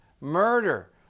murder